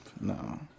No